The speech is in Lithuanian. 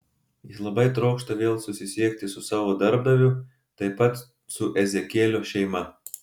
jis labai trokšta vėl susisiekti su savo darbdaviu taip pat su ezekielio šeima